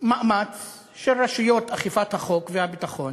מאמץ של רשויות אכיפת החוק והביטחון